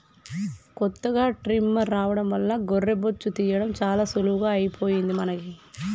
కొత్తగా ట్రిమ్మర్ రావడం వల్ల గొర్రె బొచ్చు తీయడం చాలా సులువుగా అయిపోయింది మనకి